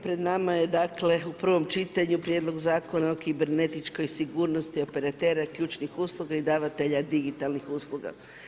Pred nama je dakle u prvom čitanju Prijedlog zakona o kibernetičkoj sigurnosti operatera ključnih usluga i davatelja digitalnih usluga.